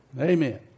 Amen